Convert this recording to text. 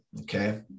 Okay